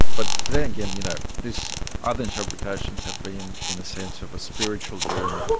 but then again you know this other interpretations have been in a sense of a spiritual journey,